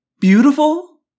Beautiful